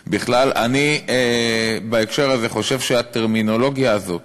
בכלל, בהקשר הזה אני חושב, שהטרמינולוגיה הזאת